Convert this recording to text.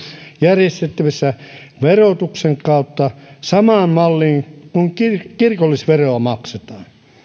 järjestettävissä verotuksen kautta samaan malliin kuin kirkollisveroa maksetaan